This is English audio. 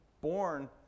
born